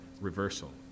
reversal